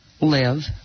live